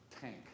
tank